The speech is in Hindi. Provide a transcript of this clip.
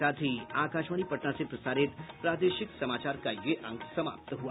इसके साथ ही आकाशवाणी पटना से प्रसारित प्रादेशिक समाचार का ये अंक समाप्त हुआ